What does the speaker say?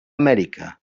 amèrica